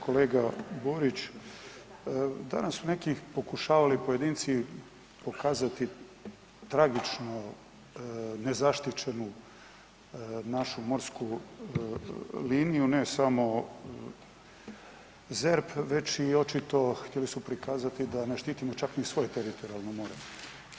Kolega Borić, danas su neki pokušavali pojedinci pokazati tragičnu nezaštićenu našu morsku liniju, ne samo ZERP već i očito, htjeli su prikazati da ne štitimo čak ni svoje teritorijalno more.